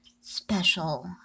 special